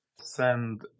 Send